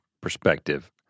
perspective